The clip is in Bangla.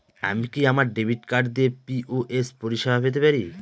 আমি কি আমার ডেবিট কার্ড দিয়ে পি.ও.এস পরিষেবা পেতে পারি?